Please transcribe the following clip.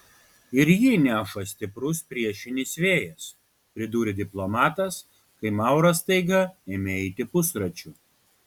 ir jį neša stiprus priešinis vėjas pridūrė diplomatas kai mauras staiga ėmė eiti pusračiu